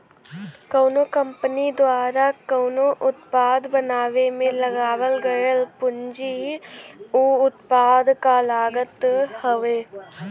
कउनो कंपनी द्वारा कउनो उत्पाद बनावे में लगावल गयल पूंजी उ उत्पाद क लागत हउवे